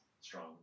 strong